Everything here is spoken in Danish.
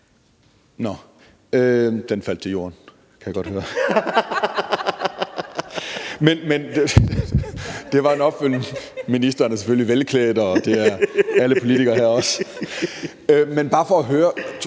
nå, den faldt til jorden, kan jeg godt høre. (Munterhed). Ministeren er selvfølgelig velklædt, og det er alle de andre politikere her også. Men det er bare for at høre